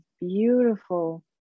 beautiful